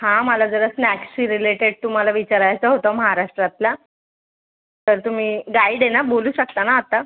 हा मला जरा स्नॅकशी रिलेटेड तुम्हाला विचारायचं होतं महाराष्ट्रातल्या तर तुम्ही गाईड आहे ना बोलू शकता ना आता